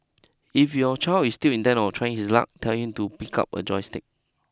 if your child is still intent on trying his luck tell him to pick up a joystick